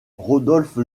rodolphe